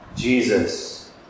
Jesus